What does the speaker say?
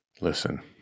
Listen